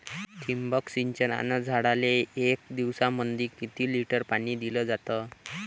ठिबक सिंचनानं झाडाले एक दिवसामंदी किती लिटर पाणी दिलं जातं?